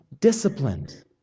disciplined